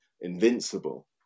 invincible